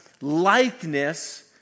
likeness